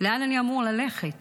לאן אני אמור ללכת